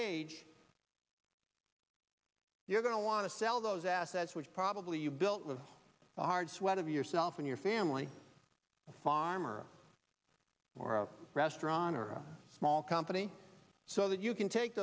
age you're going to want to sell those assets which probably you built of hard sweat of yourself and your family farmer or a restaurant or a small company so that you can take